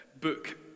book